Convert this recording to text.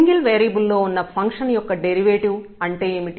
single variable లో ఉన్న function యొక్క డెరివేటివ్ అంటే ఏమిటి